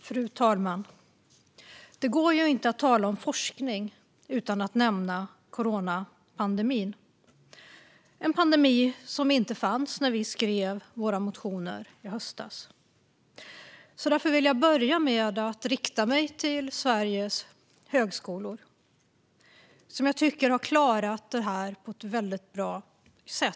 Fru talman! Det går inte att tala om forskning utan att nämna coronapandemin, som ju inte fanns när vi skrev våra motioner i höstas. Jag vill därför börja med att rikta mig till Sveriges högskolor, som jag tycker har klarat detta på ett väldigt bra sätt.